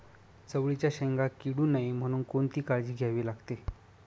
चवळीच्या शेंगा किडू नये म्हणून कोणती काळजी घ्यावी लागते?